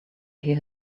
hear